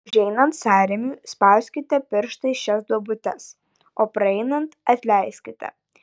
užeinant sąrėmiui spauskite pirštais šias duobutes o praeinant atleiskite